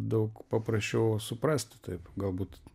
daug paprasčiau suprasti taip galbūt